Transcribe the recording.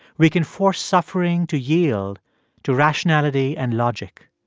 we can force suffering to yield to rationality and logic.